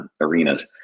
arenas